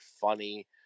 funny